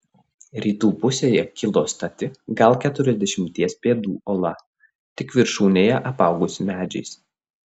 rytų pusėje kilo stati gal keturiasdešimties pėdų uola tik viršūnėje apaugusi medžiais